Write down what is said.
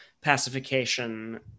pacification